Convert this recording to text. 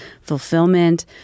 fulfillment